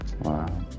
Wow